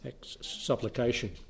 supplication